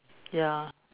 ya